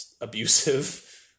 abusive